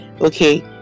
okay